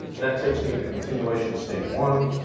and that takes me to continuation state one,